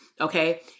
Okay